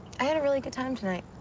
i had a really good time tonight.